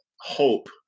hope